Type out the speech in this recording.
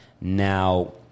Now